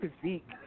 physique